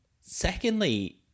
secondly